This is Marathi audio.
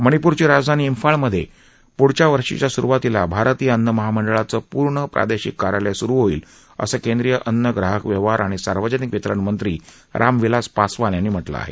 मणिप्रची राजधानी इंफाळमधे प्ढल्या वर्षीच्या स्रुवातीला भारतीय अन्नमहामंडळाचं पूर्ण प्रादेशिक कार्यालय सुरु होईल असं केंद्रीय अन्न ग्राहक व्यवहार आणि सार्वजनिक वितरण मंत्री रामविलास पासवान यांनी म्हटलं आहे